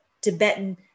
Tibetan